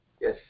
Yes